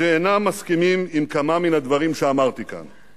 שאינם מסכימים עם כמה מהדברים שאמרתי כאן.